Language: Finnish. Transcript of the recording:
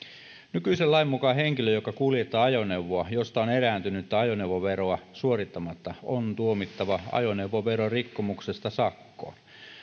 nykyisen lain mukaan henkilö joka kuljettaa ajoneuvoa josta on erääntynyttä ajoneuvoveroa suorittamatta on tuomittava ajoneuvoverorikkomuksesta sakkoon